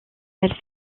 elle